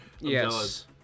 yes